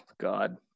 God